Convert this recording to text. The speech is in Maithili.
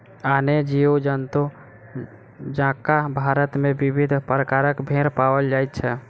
आने जीव जन्तु जकाँ भारत मे विविध प्रकारक भेंड़ पाओल जाइत छै